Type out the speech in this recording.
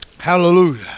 Hallelujah